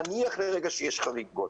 נניח לרגע שיש חריגות.